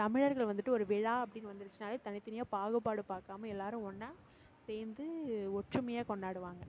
தமிழர்கள் வந்துவிட்டு ஒரு விழா அப்படின்னு வந்துடுச்சுனாலே தனித்தனியாக பாகுபாடு பாக்காமல் எல்லோரும் ஒன்னாக சேர்ந்து ஒற்றுமையாக கொண்டாடுவாங்க